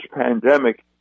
pandemic